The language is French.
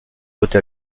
haute